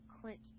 Clint